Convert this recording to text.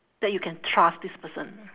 that you can trust this person